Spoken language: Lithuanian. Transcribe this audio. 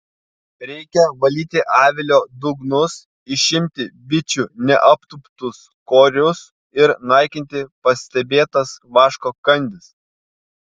reikia valyti avilio dugnus išimti bičių neaptūptus korius ir naikinti pastebėtas vaško kandis